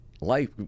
life